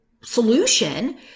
solution